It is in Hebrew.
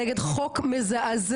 נגד חוק מזעזע,